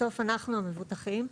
בסוף אנחנו המבוטחים,